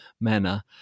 manner